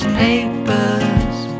paper's